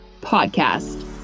podcast